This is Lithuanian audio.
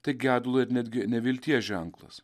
tai gedulo ir netgi nevilties ženklas